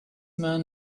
man